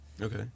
Okay